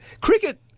cricket